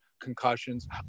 concussions